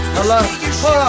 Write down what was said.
Hello